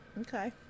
Okay